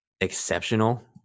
exceptional